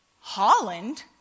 Holland